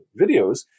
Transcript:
videos